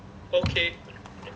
okay